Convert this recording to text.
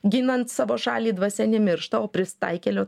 ginant savo šalį dvasia nemiršta o prisitaikėlio